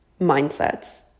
mindsets